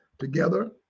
Together